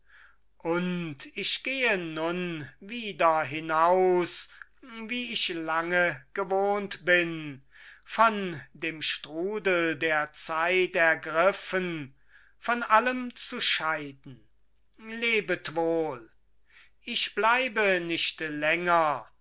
und ich gehe nun wieder hinaus wie ich lange gewohnt bin von dem strudel der zeit ergriffen von allem zu scheiden lebet wohl ich bleibe nicht länger